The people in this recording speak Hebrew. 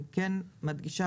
אני כן מדגישה,